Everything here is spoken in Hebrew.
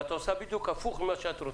ואת עושה בדיוק הפוך ממה שאת רוצה.